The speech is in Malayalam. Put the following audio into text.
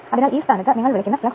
അതിനാൽ 100 അതായത് 1000 0